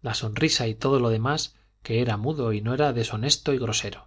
la sonrisa y todo lo demás que era mudo y no era deshonesto y grosero